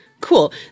cool